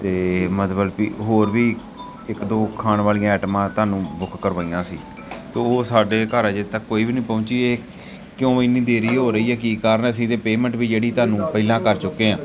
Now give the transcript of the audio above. ਅਤੇ ਮਤਲਬ ਕਿ ਹੋਰ ਵੀ ਇੱਕ ਦੋ ਖਾਣ ਵਾਲੀਆਂ ਐਟਮਾਂ ਤੁਹਾਨੂੰ ਬੁੱਕ ਕਰਵਾਈਆਂ ਸੀ ਅਤੇ ਉਹ ਸਾਡੇ ਘਰ ਅਜੇ ਤੱਕ ਕੋਈ ਵੀ ਨਹੀਂ ਪਹੁੰਚੀ ਇਹ ਕਿਉਂ ਇੰਨੀ ਦੇਰ ਹੋ ਰਹੀ ਹੈ ਕੀ ਕਾਰਨ ਅਸੀਂ ਤਾਂ ਪੇਮੈਂਟ ਵੀ ਜਿਹੜੀ ਤੁਹਾਨੂੰ ਪਹਿਲਾਂ ਕਰ ਚੁੱਕੇ ਹਾਂ